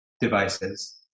devices